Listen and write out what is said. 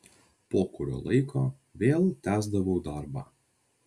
po kurio laiko vėl tęsdavau darbą